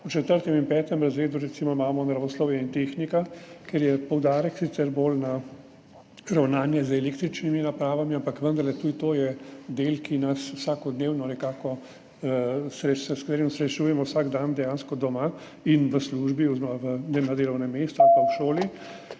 V četrtem in petem razredu imamo recimo naravoslovje in tehniko, kjer je poudarek sicer bolj na ravnanju z električnimi napravami, ampak vendarle tudi to je del, s katerim se srečujemo vsak dan dejansko doma in v službi oziroma na delovnem mestu ali pa v šoli.